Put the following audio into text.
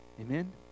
amen